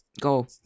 go